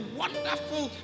wonderful